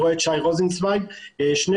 ושי רוזנצווייג שנמצא בדיון,